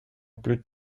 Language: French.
plus